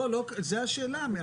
זו השאלה.